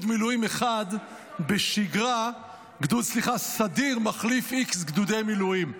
סדיר אחד בשגרה מחליף X גדודי מילואים.